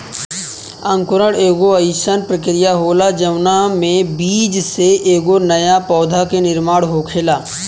अंकुरण एगो आइसन प्रक्रिया होला जवना में बीज से एगो नया पौधा के निर्माण होखेला